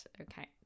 okay